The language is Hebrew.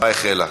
ההצבעה החלה.